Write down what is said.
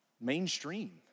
mainstream